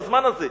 בזמן הזה.